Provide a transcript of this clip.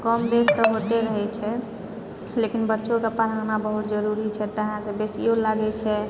तऽ कम बेसि तऽ होइते रहैत छै लेकिन बच्चोके पढ़ाना बहुत जरूरी छै ताहिसँ बेसियो लागैत छै